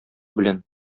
белән